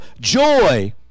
joy